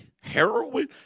Heroin